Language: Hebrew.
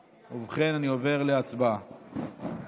ובכן, אני עובר להצבעה.